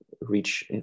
reach